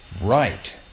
right